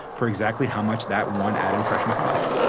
for exactly how much that one ad impression cost.